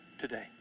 today